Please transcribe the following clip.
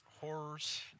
horrors